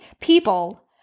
people